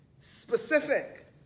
specific